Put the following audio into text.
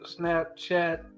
Snapchat